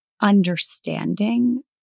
understanding